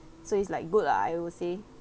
so it's like good lah I would say